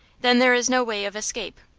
then there is no way of escape?